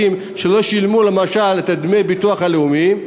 וחצי שלא שילמו את דמי הביטוח הלאומי,